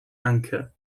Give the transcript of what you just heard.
anchor